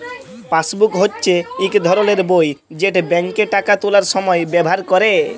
passbook হচ্যে ইক ধরলের বই যেট ব্যাংকে টাকা তুলার সময় ব্যাভার ক্যরে